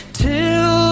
till